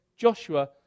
Joshua